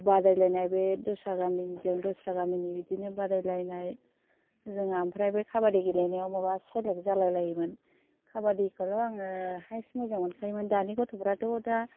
बादायलायनाय बे दस्रा गामिनिजों दस्रा गामिनि बिदिनो बादायलायनाय जोंहा ओमफ्राय बे काबादि गेलेनायाव माबा सेलेक्ट जालायलायोमोन काबादिखौल' आङो हाइस मोजांमोनखायोमोन दानि गथफ्राथ' दा